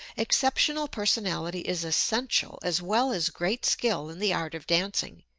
exceptional personality is essential, as well as great skill in the art of dancing,